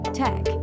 tech